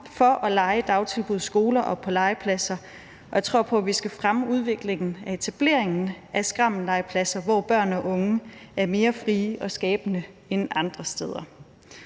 for at lege i dagtilbud, i skoler og på legepladser. Og jeg tror på, at vi skal fremme udviklingen af etableringen af skrammellegepladser, hvor børn og unge er mere frie og skabende end andre steder.